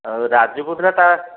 ରାଜୁ କହୁଥିଲା ତା'